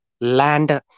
land